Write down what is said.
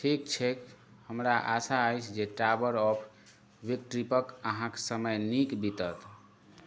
ठीक छैक हमरा आशा अछि जे टॉवर ऑफ विक्ट्री पर अहाँक समय नीक बीतत